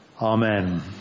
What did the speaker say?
Amen